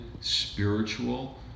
spiritual